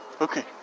Okay